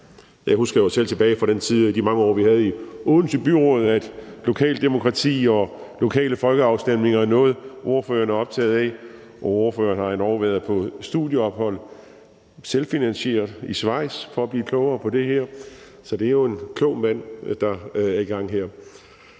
Jeg husker selv tilbage fra de mange år, vi havde i Odense Byråd, at lokalt demokrati og lokale folkeafstemninger var noget, ordføreren var optaget af, og ordføreren har endog været på et selvfinansieret studieophold i Schweiz for at blive klogere på det her. Så det er jo en klog mand, der er i gang her.